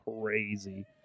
crazy